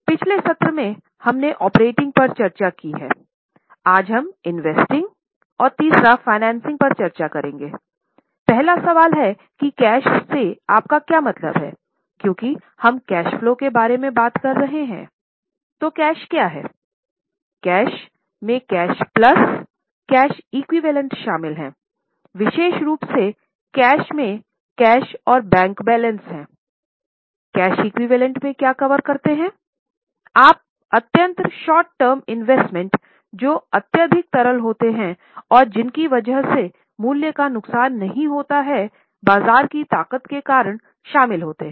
पिछले सत्र में हमने ऑपरेटिंग जो अत्यधिक तरल होते हैं और जिनकी वजह से मूल्य का नुकसान नहीं होता है बाजार की ताकत के कारण शामिल होते हैं